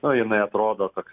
nu jinai atrodo toks